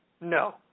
no